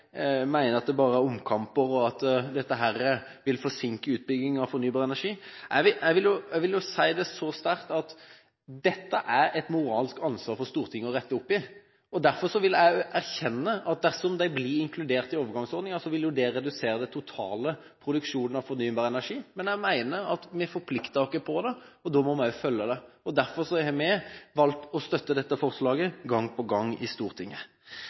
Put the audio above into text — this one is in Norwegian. at det bare er omkamper, og at dette vil forsinke utbyggingen av fornybar energi: Jeg vil si det så sterkt at det er et moralsk ansvar for Stortinget å rette opp i dette. Jeg vil også erkjenne at dersom disse blir inkludert i overgangsordningen, vil det redusere den totale produksjonen av fornybar energi, men jeg mener at når vi har forpliktet oss på dette, må vi også følge det. Derfor har vi valgt å støtte dette forslaget gang på gang i Stortinget.